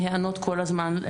להיענות כל הזמן.